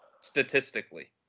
Statistically